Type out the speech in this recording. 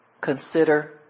consider